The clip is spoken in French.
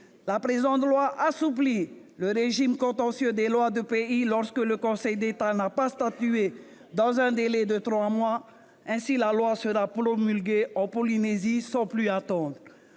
l'outre-mer. Il assouplit le régime contentieux des lois de pays lorsque le Conseil d'État n'a pas statué dans un délai de trois mois. Ainsi, la loi sera promulguée en Polynésie sans plus attendre.